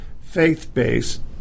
faith-based